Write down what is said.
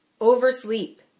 Oversleep